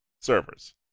servers